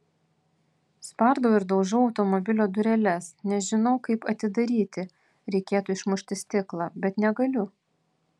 spardau ir daužau automobilio dureles nežinau kaip atidaryti reikėtų išmušti stiklą bet negaliu